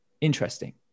interesting